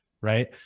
right